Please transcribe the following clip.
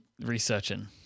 researching